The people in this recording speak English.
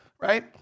right